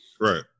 Right